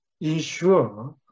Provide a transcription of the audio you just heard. ensure